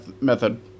method